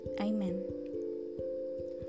Amen